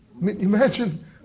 Imagine